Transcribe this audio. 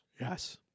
Yes